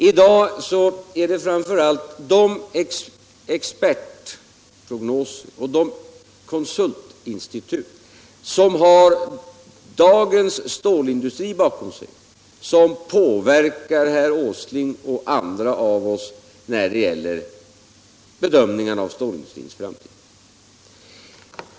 I dag är det framför allt expertprognoser från de konsultinstitut som har dagens stålindustri bakom sig som påverkar herr Åsling och andra när det gäller bedömningarna av stålindustrins framtid.